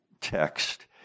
text